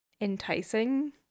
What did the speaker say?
enticing